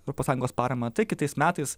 europos sąjungos paramą tai kitais metais